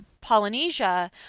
Polynesia